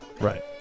Right